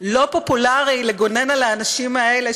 לא פופולרי לגונן על האנשים האלה,